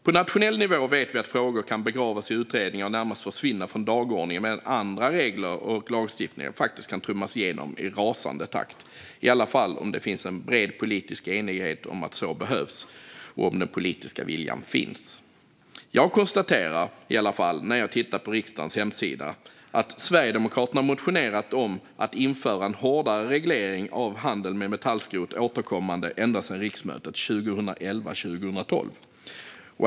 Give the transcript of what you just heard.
På nationell nivå vet vi att frågor kan begravas i utredningar och närmast försvinna från dagordningen medan andra regler och lagstiftningar faktiskt kan trummas igenom i rasande takt, i alla fall om det finns en bred politisk enighet om att så behövs och om den politiska viljan finns. När jag tittar på riksdagens hemsida konstaterar jag i alla fall att Sverigedemokraterna återkommande har motionerat om att införa en hårdare reglering av handel med metallskrot ända sedan riksmötet 2011/12.